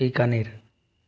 Bikaner